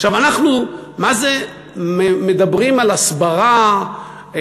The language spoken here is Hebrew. מדברים על הסברה,